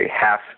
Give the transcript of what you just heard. half